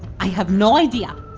i have no idea!